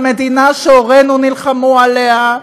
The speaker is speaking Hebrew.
המדינה שהורינו נלחמו עליה,